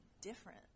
different